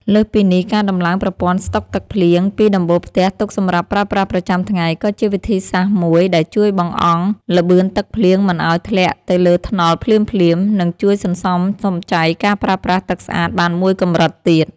លើសពីនេះ ការតម្លើងប្រព័ន្ធស្តុកទឹកភ្លៀងពីដំបូលផ្ទះទុកសម្រាប់ប្រើប្រាស់ប្រចាំថ្ងៃ ក៏ជាវិធីសាស្ត្រមួយដែលជួយបង្អង់ល្បឿនទឹកភ្លៀងមិនឱ្យធ្លាក់ទៅលើថ្នល់ភ្លាមៗ និងជួយសន្សំសំចៃការប្រើប្រាស់ទឹកស្អាតបានមួយកម្រិតទៀត។